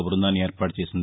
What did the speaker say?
బృందాన్ని ఏర్పాటు చేసింది